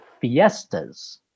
fiestas